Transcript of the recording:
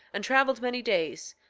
and traveled many days,